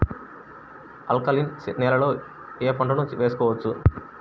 Alkaline నేలలో నేనూ ఏ పంటను వేసుకోవచ్చు?